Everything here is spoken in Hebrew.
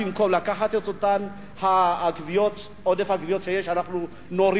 ובמקום לקחת את אותו עודף גבייה שיש אנחנו נוריד?